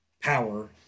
power